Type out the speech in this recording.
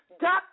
duck